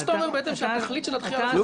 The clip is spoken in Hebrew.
מה שאתה אומר בעצם הוא שהתכלית של הדחייה --- אתה